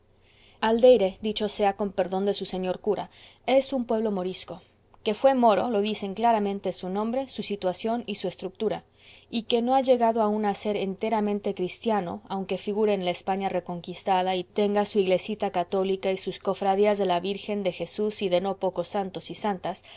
aldeire dicho sea con perdón de su señor cura es un pueblo morisco que fué moro lo dicen claramente su nombre su situación y su estructura y que no ha llegado aún a ser enteramente cristiano aunque figure en la españa reconquistada y tenga su iglesita católica y sus cofradías de la virgen de jesús y de no pocos santos y santas